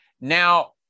Now